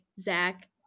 Zach